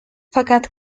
fakat